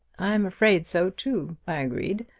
i am afraid so, too, i agreed.